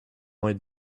might